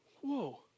whoa